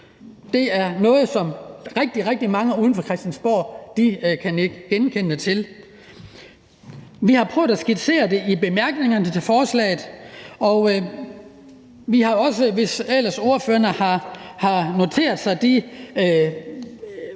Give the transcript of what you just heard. Det er noget, som rigtig, rigtig mange uden for Christiansborg kan nikke genkendende til. Vi har prøvet at skitsere det i bemærkningerne til forslaget, og hvis ellers ordførerne har noteret sig de